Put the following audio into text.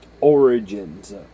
origins